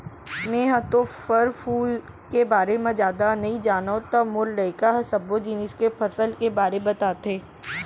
मेंहा तो फर फूल के बारे म जादा नइ जानव त मोर लइका ह सब्बो जिनिस के फसल के बारे बताथे